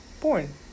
porn